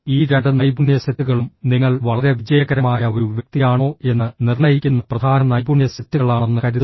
ഈ രണ്ട് നൈപുണ്യ സെറ്റുകളും നിങ്ങൾ വളരെ വിജയകരമായ ഒരു വ്യക്തിയാണോ എന്ന് നിർണ്ണയിക്കുന്ന പ്രധാന നൈപുണ്യ സെറ്റുകളാണെന്ന് കരുതുന്നു